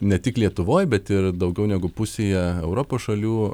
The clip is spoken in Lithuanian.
ne tik lietuvoj bet ir daugiau negu pusėje europos šalių